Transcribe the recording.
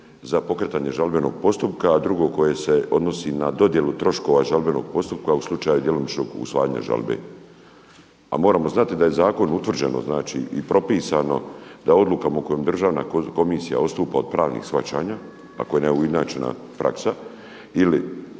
za pokretanje žalbenog postupka, a drugo koje se odnosi na dodjelu troškova žalbenog postupka u slučaju djelomičnog usvajanja žalbe. A moramo znati da je zakonom utvrđeno i propisano da odlukama u kojem državna komisija odstupa od pravnih shvaćanja, ako je neujednačena praksa ili